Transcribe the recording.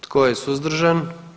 Tko je suzdržan?